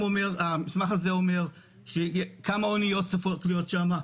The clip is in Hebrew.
והמסמך הזה אומר כמה אניות צפויות להיות שם,